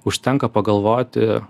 užtenka pagalvoti